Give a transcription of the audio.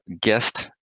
guest